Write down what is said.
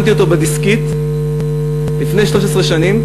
שמתי אותו בדסקית לפני 13 שנים,